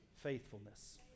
Faithfulness